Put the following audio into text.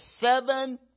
seven